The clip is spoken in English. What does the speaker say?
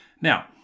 Now